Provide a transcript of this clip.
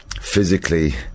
physically